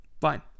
Fine